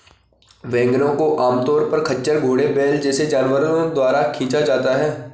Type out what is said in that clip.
वैगनों को आमतौर पर खच्चर, घोड़े, बैल जैसे जानवरों द्वारा खींचा जाता है